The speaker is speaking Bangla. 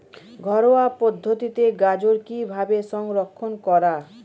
ঘরোয়া পদ্ধতিতে গাজর কিভাবে সংরক্ষণ করা?